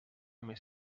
més